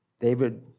David